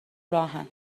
راهن